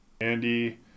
Andy